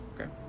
Okay